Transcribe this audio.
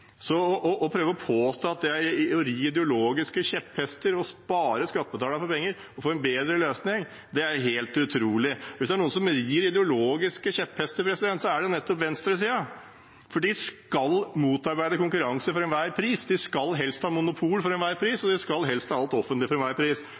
Å prøve å påstå at jeg rir ideologiske kjepphester ved å spare skattebetalerne for penger og få en bedre løsning, er helt utrolig. Hvis det er noen som rir ideologiske kjepphester, er det nettopp venstresiden, for de skal motarbeide konkurranse for enhver pris. De skal helst ha monopol for enhver pris, og